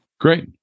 Great